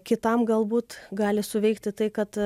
kitam galbūt gali suveikti tai kad